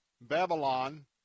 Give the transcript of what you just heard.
Babylon